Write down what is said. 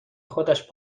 خودش